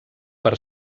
per